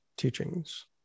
teachings